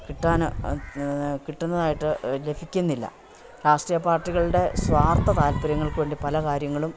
കിട്ടാൻ കിട്ടുന്നതായിട്ട് ലഭിക്കുന്നില്ല രാഷ്ട്രീയ പാർട്ടികളുടെ സ്വാർത്ഥ താല്പര്യങ്ങൾക്കുവേണ്ടി പല കാര്യങ്ങളും